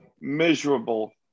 miserable